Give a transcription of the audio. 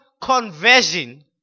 conversion